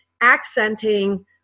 accenting